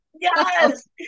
Yes